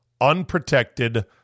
unprotected